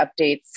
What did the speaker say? updates